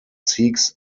seeks